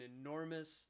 enormous